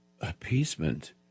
appeasement